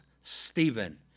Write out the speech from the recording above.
Stephen